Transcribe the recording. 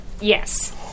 Yes